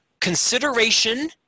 consideration